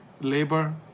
labor